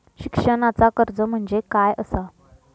शिक्षणाचा कर्ज म्हणजे काय असा?